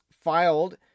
filed